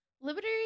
Liberty